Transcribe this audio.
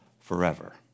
forever